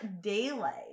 daylight